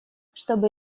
чтобы